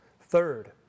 Third